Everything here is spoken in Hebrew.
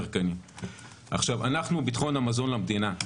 אנחנו ביטחון המזון למדינה.